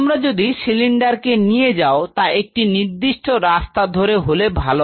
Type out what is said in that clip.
তোমরা যদি সিলিন্ডার কে নিয়ে যাও তা একটি নির্দিষ্ট রাস্তা ধরে হলে ভালো